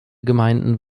gemeinden